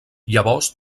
llavors